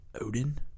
Odin